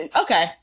okay